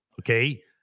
Okay